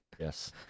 Yes